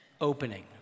opening